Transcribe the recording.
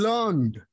Learned